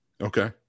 Okay